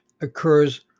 occurs